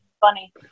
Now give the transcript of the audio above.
funny